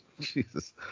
Jesus